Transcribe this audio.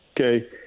okay